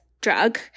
drug